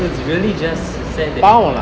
it's really just sad that he's gone